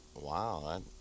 wow